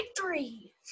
three